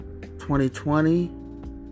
2020